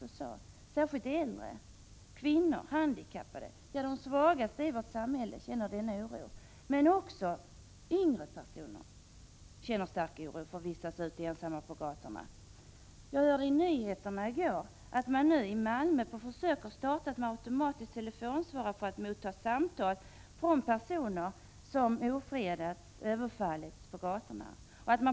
Det är särskilt äldre, kvinnor, handikappade och de svagaste över huvud taget i vårt samhälle som känner en sådan här oro. Men även yngre personer känner stark oro för att vistas ensamma ute på gatorna. När jag lyssnade på nyheterna i går hörde jag att man i Malmö har startat en försöksverksamhet med automatisk telefonsvarare för att ta emot samtal från personer som har ofredats eller överfallits på gatorna.